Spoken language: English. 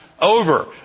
over